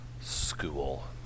school